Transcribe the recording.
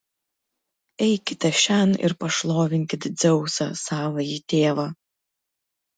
eikite šen ir pašlovinkit dzeusą savąjį tėvą